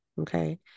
okay